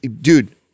dude